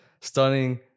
stunning